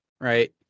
right